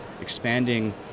expanding